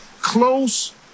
close